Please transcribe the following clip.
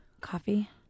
coffee